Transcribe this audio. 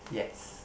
yes